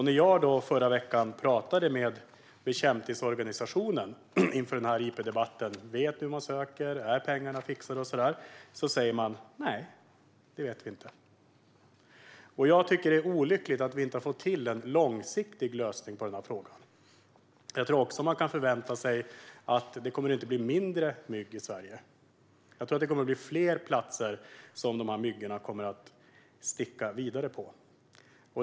När jag i förra veckan talade med bekämpningsorganisationen inför denna interpellationsdebatt om de vet hur man söker, om pengarna är fixade och så vidare sa de att de inte vet det. Det är olyckligt att vi inte har fått till en långsiktig lösning på denna fråga. Jag tror också att man kan förvänta sig att det inte kommer att bli mindre mygg i Sverige utan att det kommer att bli fler platser där dessa myggor kommer att sticka vidare.